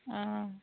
অঁ